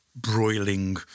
broiling